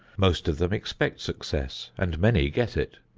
most of them expect success and many get it.